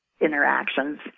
interactions